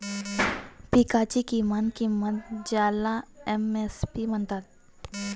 पिकांची किमान किंमत ज्याला एम.एस.पी म्हणतात